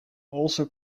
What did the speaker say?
also